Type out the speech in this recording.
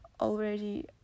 already